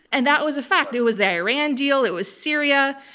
and that was a fact. it was the iran deal. it was syria.